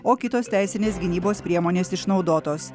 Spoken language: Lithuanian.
o kitos teisinės gynybos priemonės išnaudotos